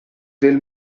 del